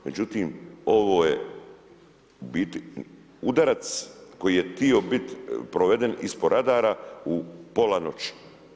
Međutim ovo je u biti udarac koji je tio bit proveden ispod radara u pola noći.